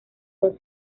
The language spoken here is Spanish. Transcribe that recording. con